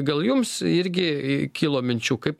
gal jums irgi kilo minčių kaip